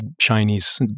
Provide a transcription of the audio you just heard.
Chinese